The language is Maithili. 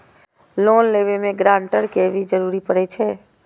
लोन लेबे में ग्रांटर के भी जरूरी परे छै?